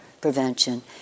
prevention